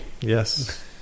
Yes